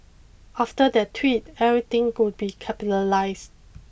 after that tweet everything would be capitalised